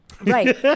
Right